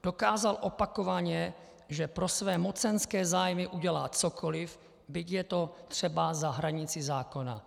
Dokázal opakovaně, že pro své mocenské zájmy udělá cokoliv, byť je to třeba za hranicí zákona.